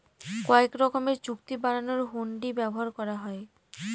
কয়েক রকমের চুক্তি বানানোর হুন্ডি ব্যবহার করা হয়